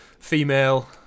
Female